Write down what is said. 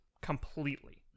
Completely